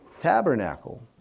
tabernacle